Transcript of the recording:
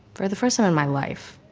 for the first time in my life.